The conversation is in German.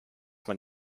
man